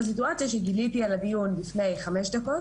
הסיטואציה שאני גיליתי על הדיון לפני חמש דקות